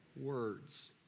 words